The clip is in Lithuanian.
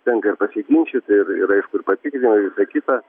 tenka ir pasiginčyt ir ir aišku ir patikrina ir visa kita